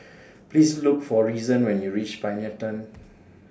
Please Look For Reason when YOU REACH Pioneer Turn